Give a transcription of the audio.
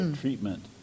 treatment